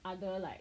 other like